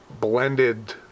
blended